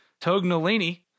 Tognolini